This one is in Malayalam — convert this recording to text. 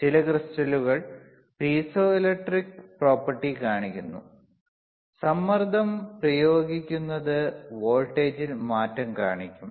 ചില ക്രിസ്റ്റലുകൾ പീസോ ഇലക്ട്രിക് പ്രോപ്പർട്ടി കാണിക്കുന്നു സമ്മർദ്ദം പ്രയോഗിക്കുന്നത് വോൾട്ടേജിൽ മാറ്റം കാണിക്കും